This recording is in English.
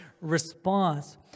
response